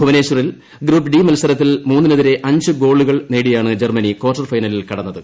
ഭുവനേശ്വറിൽ group D മത്സരത്തിൽ മൂന്നിനെതിരെ അഞ്ച് ഗോളുകൾ നേടിയാണ് ജർമ്മനി ക്വാർട്ടർ ഫൈനലിൽ കടന്നത്